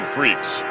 Freaks